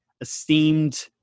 esteemed